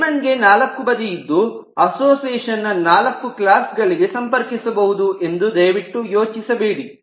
diamond ಗೆ ನಾಲ್ಕು ಬದಿ ಇದ್ದು ಅಸೋಸಿಯೇಷನ್ ನ ನಾಲ್ಕು ಕ್ಲಾಸ್ ಗಳಿಗೆ ಸಂಪರ್ಕಿಸಿಸಬಹುದು ಎಂದು ದಯವಿಟ್ಟು ಯೋಚಿಸಬೇಡಿ